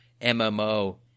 MMO